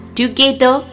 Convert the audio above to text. together